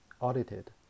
audited